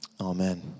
amen